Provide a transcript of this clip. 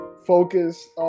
Focus